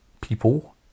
people